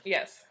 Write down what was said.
Yes